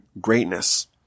greatness